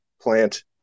plant